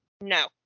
No